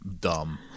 dumb